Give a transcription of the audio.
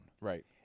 Right